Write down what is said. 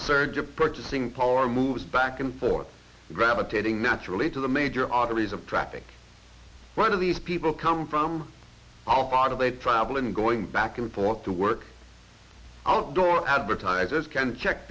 surge of purchasing power moves back and forth gravitating naturally to the major arteries of traffic one of these people come from our part of a traveling going back and forth to work outdoor advertisers can check